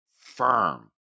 firm